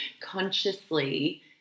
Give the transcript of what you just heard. consciously